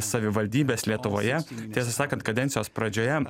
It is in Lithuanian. savivaldybes lietuvoje tiesą sakant kadencijos pradžioje